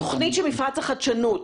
התוכנית של מפרץ החדשנות,